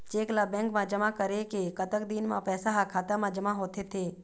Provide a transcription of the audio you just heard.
Cheque ला bank मा जमा करे के कतक दिन मा पैसा हा खाता मा जमा होथे थे?